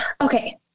okay